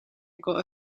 gotta